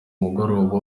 mugoroba